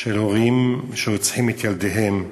של הורים שרוצחים את ילדיהם,